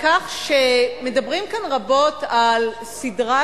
שמדברים כאן רבות על סדרת